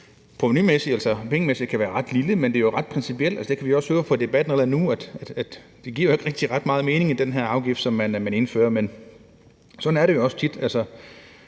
pengemæssigt, kan være ret småt, men som jo er ret principielt. Det kan vi også høre debatten allerede nu, altså at det ikke giver ret meget mening med den her afgift, som man indfører. Men sådan er det jo også tit.